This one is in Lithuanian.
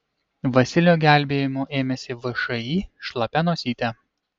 vasilio gelbėjimo ėmėsi všį šlapia nosytė